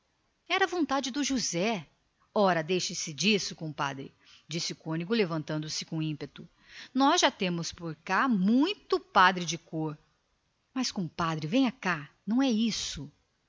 era a vontade do josé ora deixe-se disso retrucou diogo levantando-se com ímpeto nós já temos por aí muito padre de cor mas compadre venha cá não é isso